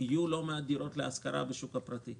יהיו לא מעט דירות להשכרה בשוק הפרטי.